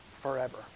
forever